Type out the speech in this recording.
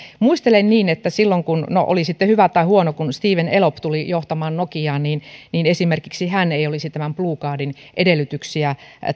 muistelen niin että silloin kun no oli sitten hyvä tai huono stephen elop tuli johtamaan nokiaa esimerkiksi hän ei olisi tämän blue cardin edellytyksiä